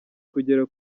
kugera